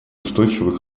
устойчивый